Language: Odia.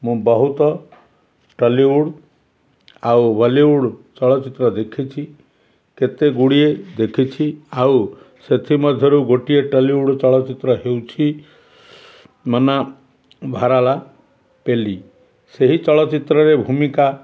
ମୁଁ ବହୁତ ଟଲିଉଡ଼୍ ଆଉ ବଲିଉଡ଼୍ ଚଳଚ୍ଚିତ୍ର ଦେଖିଛି କେତେ ଗୁଡ଼ିଏ ଦେଖିଛି ଆଉ ସେଥିମଧ୍ୟରୁ ଗୋଟିଏ ଟଲିଉଡ଼୍ ଚଳଚ୍ଚିତ୍ର ହେଉଛି ମନା ଭାରାଲା ପେଲି ସେହି ଚଳଚ୍ଚିତ୍ରରେ ଭୂମିକା